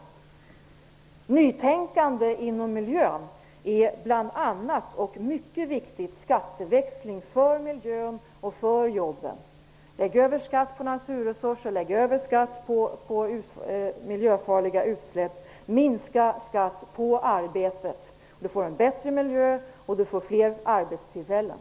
Nytänkande på miljöområdet är bl.a. den mycket viktiga skatteväxling med tanke på både miljön och jobben. Lägg över skatt på naturresurser och på miljöfarliga utsläpp och minska samtidigt skatt på arbete! Då får man en bättre miljö och fler arbetstillfällen.